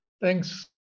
Thanks